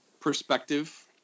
perspective